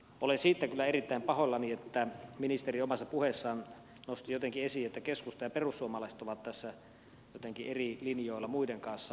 olen siitä kyllä erittäin pahoillani että ministeri omassa puheessaan nosti jotenkin esiin että keskusta ja perussuomalaiset ovat tässä jotenkin eri linjoilla muiden kanssa